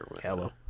Hello